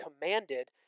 commanded